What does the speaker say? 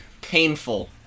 painful